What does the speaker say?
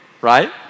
right